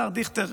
השר דיכטר,